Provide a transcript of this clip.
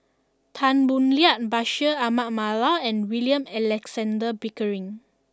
Tan Boo Liat Bashir Ahmad Mallal and William Alexander Pickering